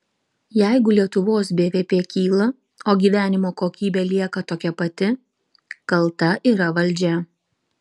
jeigu lietuvos bvp kyla o gyvenimo kokybė lieka tokia pati kalta yra valdžia